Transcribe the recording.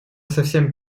совсем